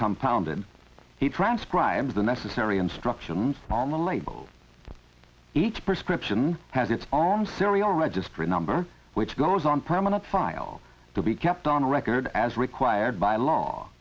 compound and he transcribed the necessary instructions on the label each prescription has its own serial registry number which goes on permanent file to be kept on record as required by law